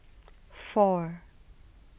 four